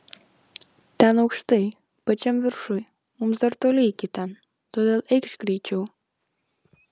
ten aukštai pačiam viršuj mums dar toli iki ten todėl eikš greičiau